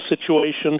situation